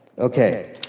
Okay